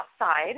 outside